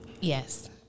Yes